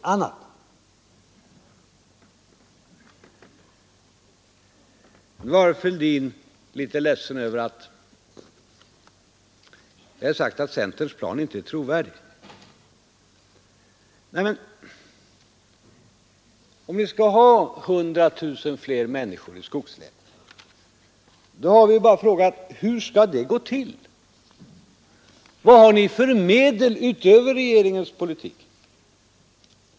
Nu var herr Fälldin litet ledsen över att jag sagt att centerns plan inte är trovärdig. Men om vi skall ha 100 000 flera människor i skogslänen har jag frågat: Hur skall det gå till? Vad har ni för medel utöver regeringens politik?